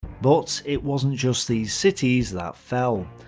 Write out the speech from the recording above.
but it wasn't just these cities that fell.